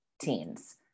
teens